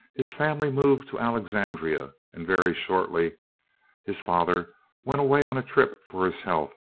his family moved to alexandria, and very shortly his father went away on a trip for his health,